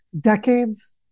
decades